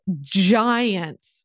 giant